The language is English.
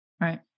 right